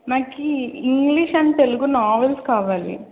నాకు English and Telugu novels కావాలి